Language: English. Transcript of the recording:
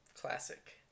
Classic